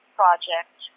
project